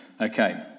Okay